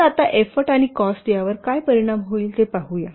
तर आता एफ्फोर्ट आणि कॉस्ट यावर काय परिणाम होईल ते पाहूया